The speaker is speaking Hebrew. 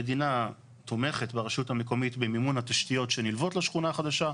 המדינה תומכת ברשות המקומית במימון התשתיות שנלוות לשכונה החדשה,